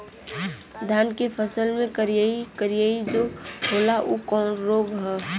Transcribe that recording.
धान के फसल मे करिया करिया जो होला ऊ कवन रोग ह?